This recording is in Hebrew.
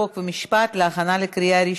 חוק ומשפט נתקבלה.